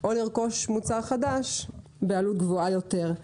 או לרכוש מוצר חדש בעלות גבוהה יותר.